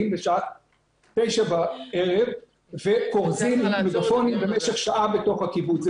בשעה 9:00 בערב וכורזים במגפונים במשך שעה בתוך הקיבוץ?